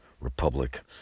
republic